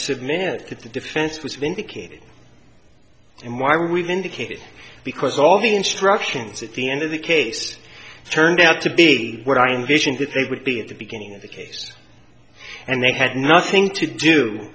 submit that the defense was vindicated in why we've indicated because all the instructions at the end of the case turned out to be what i envisioned it would be at the beginning of the case and they had nothing to do